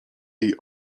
jej